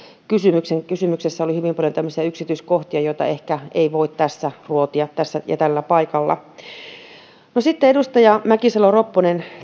kysymyksen niin kuin kuvasitte kysymyksessä oli hyvin paljon tämmöisiä yksityiskohtia joita ehkä ei voi ruotia tässä ja tällä paikalla edustaja mäkisalo ropponen